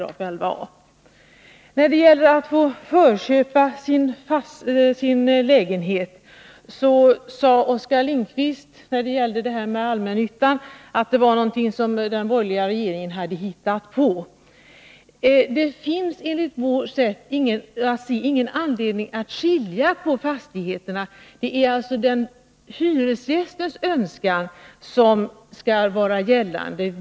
Att man skulle få förköpa sin lägenhet i allmännyttan, sade Oskar Lindkvist, var någonting som den borgerliga regeringen hade hittat på. Det finns enligt vårt sätt att se ingen anledning att skilja på fastigheterna. Det är hyresgästens önskan som skall gälla.